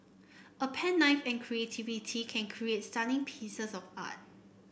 a pen knife and creativity can create stunning pieces of art